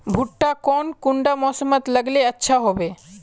भुट्टा कौन कुंडा मोसमोत लगले अच्छा होबे?